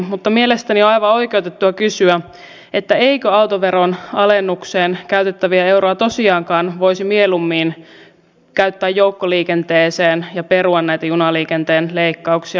mutta mielestäni on aivan oikeutettua kysyä eikö autoveron alennukseen käytettäviä euroja tosiaankaan voisi mieluummin käyttää joukkoliikenteeseen ja perua näitä junaliikenteen leikkauksia